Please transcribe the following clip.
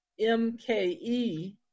MKE